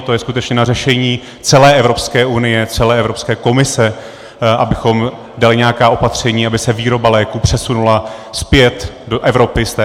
To je skutečně na řešení celé Evropské unie, celé Evropské komise, abychom dali nějaká opatření, aby se výroba léků přesunula zpět do Evropy z Asie.